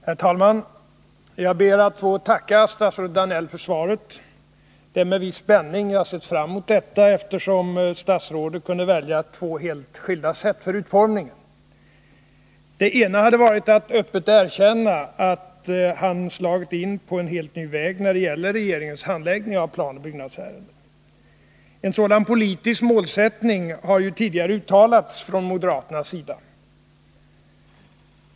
Herr talman! Jag ber att få tacka statsrådet Danell för svaret. Det är med viss spänning jag sett fram mot detta, eftersom statsrådet kunde välja två helt skilda sätt för utformningen. Det ena hade varit att öppet erkänna att han slagit in på en helt ny väg när det gäller regeringens handläggning av planoch byggnadsärenden. En sådan politisk målsättning har ju tidigare uttalats från moderaternas sida.